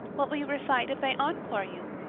what will you recite if they encore you?